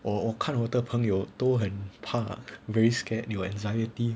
我看我的朋友都很怕 very scared 有 anxiety